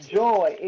joy